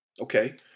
Okay